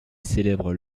célèbrent